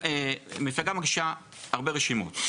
מפלגה מגישה הרבה רשימות.